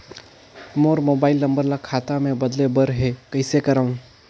मोर mobile number ल खाता मे बदले बर हे कइसे करव?